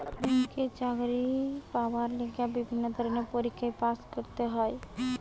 ব্যাংকে চাকরি পাবার লিগে বিভিন্ন ধরণের পরীক্ষায় পাস্ করতে হয়